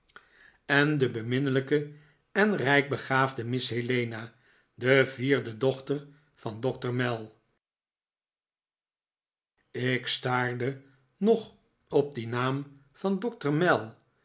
en de beminnelijke en rijkbegaafde miss helena de vierde dochter van doctor mell ik staarde nog op dien naam van doctor mell